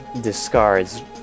discards